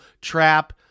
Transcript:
trap